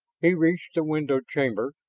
he reached the windowed chamber,